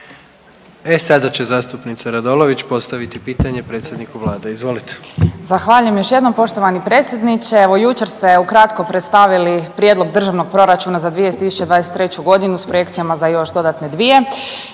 E sada će zastupnica Radolović postaviti pitanje predsjedniku Vlade, izvolite. **Radolović, Sanja (SDP)** Zahvaljujem još jednom, poštovani predsjedniče. Evo, jučer ste ukratko predstavili Prijedlog Državnog proračuna za 2023. g. s projekcijama za još dodatne dvije